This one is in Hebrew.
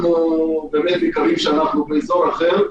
אנחנו באזור אחר.